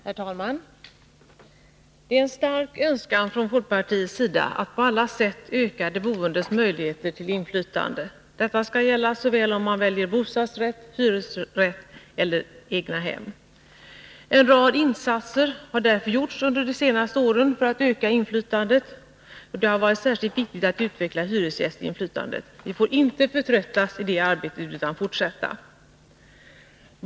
Herr talman! Det är en stark önskan från folkpartiets sida att på alla sätt öka de boendes möjligheter till inflytande. Detta skall gälla oavsett om man väljer bostadsrätt, hyresrätt eller egnahem. En rad insatser har därför gjorts under de senaste åren för att öka inflytandet, och det har varit särskilt viktigt att utveckla hyresgästinflytandet. Vi får inte förtröttas i det arbetet, utan vi måste fortsätta.